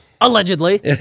Allegedly